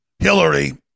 Hillary